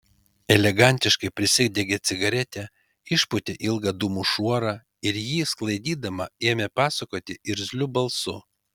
elegantiškai prisidegė cigaretę išpūtė ilgą dūmų šuorą ir jį sklaidydama ėmė pasakoti irzliu balsu